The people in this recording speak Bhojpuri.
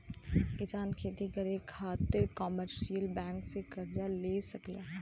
किसान खेती करे खातिर कमर्शियल बैंक से कर्ज ले सकला